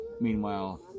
Meanwhile